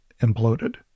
imploded